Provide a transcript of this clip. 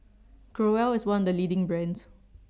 Growell IS one of The leading brands